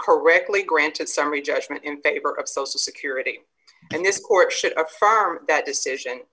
correctly granted summary judgment in favor of social security and this court shit affirm that decision